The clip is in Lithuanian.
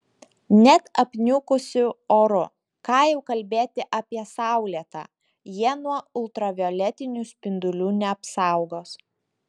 net apniukusiu oru ką jau kalbėti apie saulėtą jie nuo ultravioletinių spindulių neapsaugos